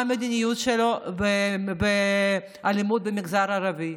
מה המדיניות שלו באלימות במגזר הערבי?